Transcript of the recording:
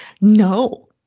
no